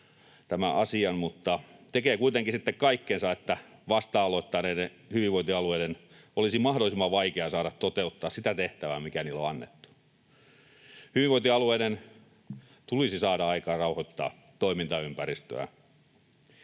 mutta tekee kuitenkin kaikkensa, että vasta aloittaneiden hyvinvointialueiden olisi mahdollisimman vaikeaa saada toteuttaa sitä tehtävää, mikä niille on annettu. Hyvinvointialueiden tulisi saada aikaa rauhoittaa toimintaympäristöään.